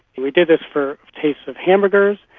we did this for tastes of hamburgers,